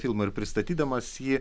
filmą ir pristatydamas jį